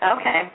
Okay